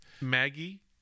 Maggie